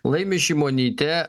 laimi šimonytė